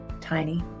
Tiny